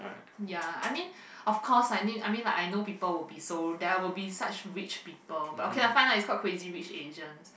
ya I mean of course I knew I mean like I know people will be so there will be such rich people but okay lah fine lah is called Crazy Rich Asians